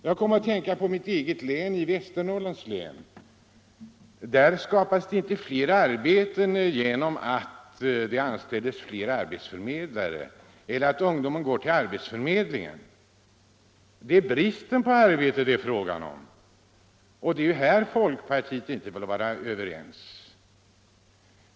Jag kom att tänka på mitt eget län, Västernorrlands län; där skapas det inte fler arbeten genom att det anställs fler arbetsförmedlare eller genom att ungdomen går till arbetsförmedlingen. Det är bristen på arbetstillfällen det är fråga om, och här vill folkpartiet inte vara överens med oss om åtgärderna.